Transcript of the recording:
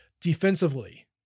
Defensively